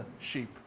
sheep